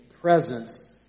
presence